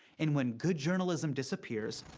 and when good journalism disappears,